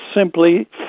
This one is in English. simply